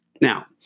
Now